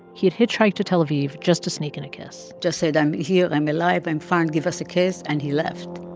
he had hitchhiked to tel aviv just to sneak in a kiss just say that i'm here. i'm alive. i'm fine. give us a kiss, and he left